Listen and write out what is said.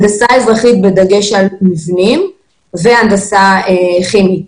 הנדסה אזרחית בדגש על מבנים והנדסה כימית.